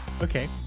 Okay